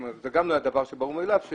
זה גם דבר שלא היה ברור מאליו,